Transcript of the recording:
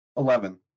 Eleven